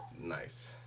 Nice